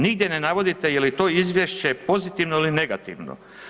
Nigdje ne navodite je li to izvješće pozitivno ili negativno.